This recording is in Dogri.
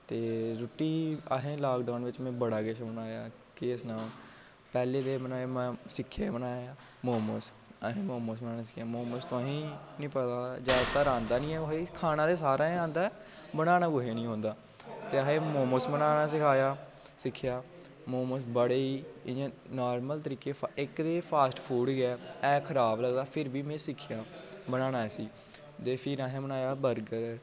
ते रुट्टी में असें लॉकडाउन बिच बड़ा किश बनाया केह् सनांऽ पैह्लें ते सिक्खे बनाना मोमोस असें मोमोस बनाना सिक्खे मोमोस तुसें निं पता जादातर आंदा निं ऐ तुसें गी खाना ते सारें गी आंदा ऐ बनाना कुसै ई निं औंदा ते असें मोमोस बनाना सखाया सिक्खेआ मोमोस बड़े इ'यां नॉर्मल तरीके दे इक ते एह् फॉस्ट फूड गै ऐ खराब लगदा फिर बी में सिक्खेआ बनाना इसी ते फिर असें बनाया बर्गर